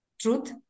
truth